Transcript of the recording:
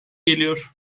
geliyor